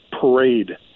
parade